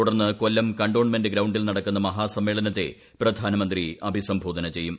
തുടർന്ന് കൊല്ലം കന്റോൺമെന്റ് ഗ്രൌണ്ടിൽ നടക്കുന്ന മഹാസമ്മേളനത്തെ പ്രധാന മന്ത്രി അഭിസംബോധന ചെയ്യും